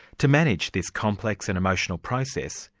to manage this complex and emotional process,